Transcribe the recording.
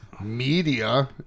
Media